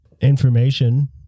information